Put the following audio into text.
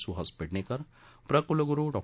सुहास पेडणेकर प्र कृलगुरू डॉ